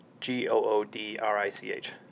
G-O-O-D-R-I-C-H